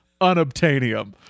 Unobtainium